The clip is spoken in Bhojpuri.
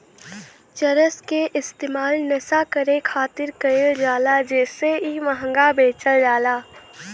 चरस के इस्तेमाल नशा करे खातिर कईल जाला जेसे इ महंगा बेचल जाला